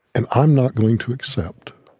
and i'm not going to accept